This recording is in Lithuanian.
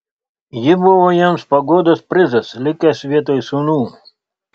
ji buvo jiems paguodos prizas likęs vietoj sūnų